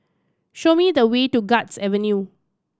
show me the way to Guards Avenue